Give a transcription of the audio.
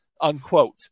Unquote